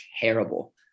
terrible